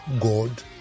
God